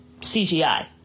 cgi